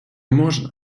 можна